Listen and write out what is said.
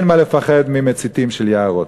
אין מה לפחד ממציתים של יערות.